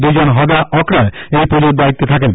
দুইজন হদা অক্রা এই পুজোর দায়িত্বে থাকেন